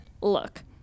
Look